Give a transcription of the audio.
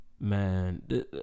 Man